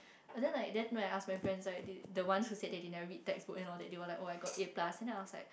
but then I then I ask my friend the one who said they didn't read textbook and all that they were like oh I got A plus then I was like